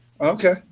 Okay